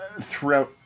throughout